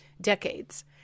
decades